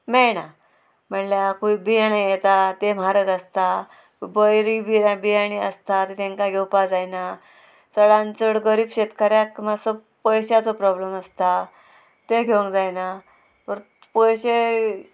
मेळना म्हणल्यार खंय बियाणें येता तें म्हारग आसता बरी बिया बियाणी आसता तांकां घेवपा जायना चडान चड गरीब शेतकऱ्याक मातसो पयश्याचो प्रोब्लेम आसता तें घेवंक जायना पयशे